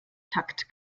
takt